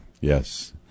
Yes